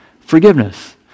Forgiveness